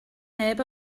neb